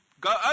go